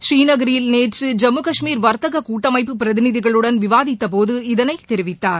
பூநீநகரில் நேற்று ஜம்மு கஷ்மீர் வர்த்தக கூட்டமைப்பு பிரதிநிதிகளுடன் விவாதித்தபோது இதனை தெரிவித்தார்